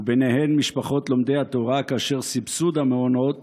וביניהן משפחות לומדי התורה, כאשר סבסוד המעונות